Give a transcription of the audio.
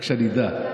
רק שאני אדע.